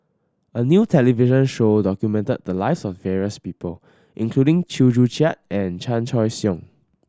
a new television show documented the lives of various people including Chew Joo Chiat and Chan Choy Siong